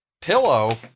Pillow